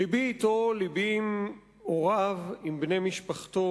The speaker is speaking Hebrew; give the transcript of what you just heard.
לבי אתו, לבי עם הוריו, עם בני משפחתו.